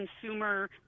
consumer